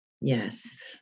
Yes